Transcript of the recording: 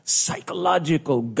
psychological